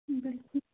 بِلکُل